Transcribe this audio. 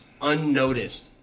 unnoticed